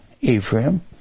Ephraim